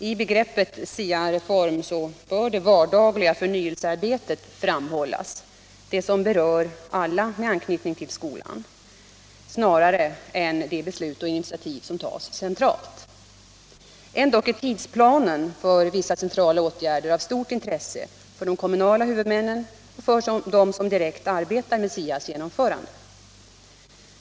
I begreppet SIA-reform bör det vardagliga förnyelsearbetet — det som berör alla med anknytning till skolan — framhållas snarare än de beslut och initiativ som tas centralt. Ändock är tidsplanen för vissa centrala åtgärder av stort intresse för de kommunala huvudmännen och för dem som direkt lokalt arbetar med SIA:s genomförande.